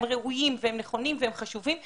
הם ראויים והם נכונים והם חשובים,